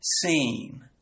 seen